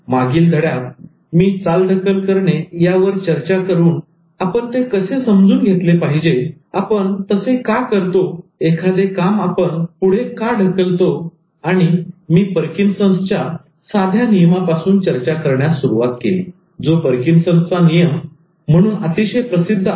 मागील धड्यात मी चालढकल करणे यावर चर्चा करून आपण ते कसे समजून घेतले पाहिजे आपण तसे का करतो एखादे काम आपण पुढे का ढकलतो आणि मी परकिन्सनच्या साध्या नियमापासून चर्चा करण्यास सुरुवात केली जो 'परकिन्सनचा नियम' म्हणून अतिशय प्रसिद्ध आहे